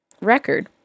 record